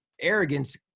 arrogance